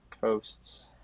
coasts